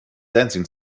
dancing